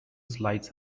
slides